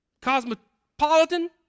Cosmopolitan